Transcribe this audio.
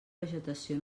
vegetació